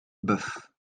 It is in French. bœufs